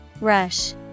rush